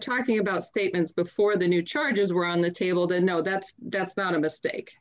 talking about statements before the new charges were on the table to know that death is not a mistake